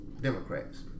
Democrats